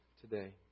today